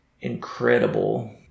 incredible